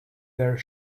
their